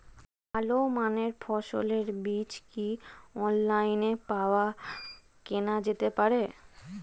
ভালো মানের ফসলের বীজ কি অনলাইনে পাওয়া কেনা যেতে পারে?